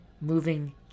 moving